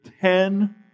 ten